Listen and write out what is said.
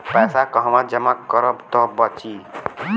पैसा कहवा जमा करब त बची?